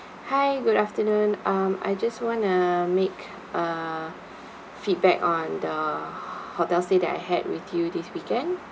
hi good afternoon um I just want to make a feedback on the hotel stay that I had with you this weekend